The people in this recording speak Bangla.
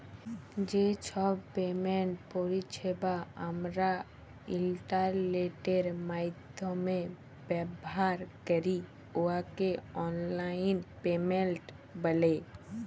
যে ছব পেমেন্ট পরিছেবা আমরা ইলটারলেটের মাইধ্যমে ব্যাভার ক্যরি উয়াকে অললাইল পেমেল্ট ব্যলে